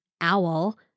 owl